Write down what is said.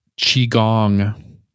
Qigong